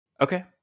okay